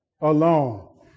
alone